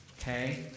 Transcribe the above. Okay